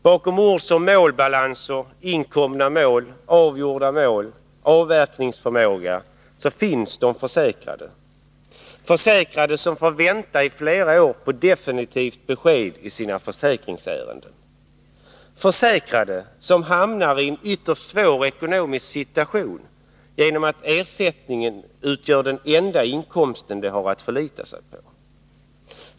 Bakom ord som målbalanser, inkomna mål, avgjorda mål och avverkningsförmåga finns de försäkrade — försäkrade som får vänta i flera år på definitivt besked i sina försäkringsärenden, försäkrade som hamnar i en ytterst svår ekonomisk situation genom att ersättningen utgör den enda inkomst de har att förlita sig på.